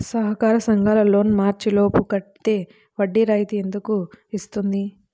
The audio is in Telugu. సహకార సంఘాల లోన్ మార్చి లోపు కట్టితే వడ్డీ రాయితీ ఎందుకు ఇస్తుంది?